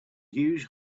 huge